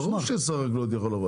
ברור ששר החקלאות יכול לבוא.